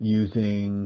using